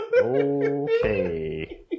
Okay